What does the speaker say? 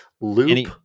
Loop